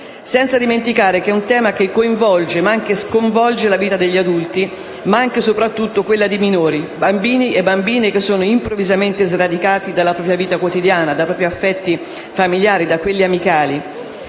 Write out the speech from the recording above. E non dimentichiamo che è un tema che coinvolge, ma anche sconvolge, la vita degli adulti, ma soprattutto quella dei minori: bambini e bambine improvvisamente sradicati dalla propria vita quotidiana, dai propri affetti familiari e amicali.